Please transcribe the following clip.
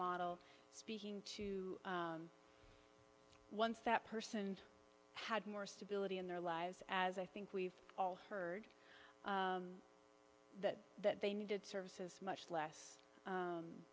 model seeking to once that person had more stability in their lives as i think we've all heard that that they needed services much less